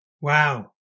Wow